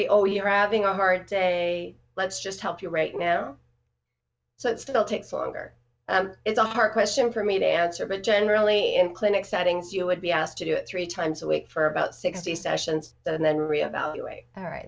be oh you're having a hard day let's just help you right now so it still takes longer it's a hard question for me to answer but generally in clinic settings you would be asked to do it three times a week for about sixty sessions and then reevaluate all right